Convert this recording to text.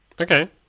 Okay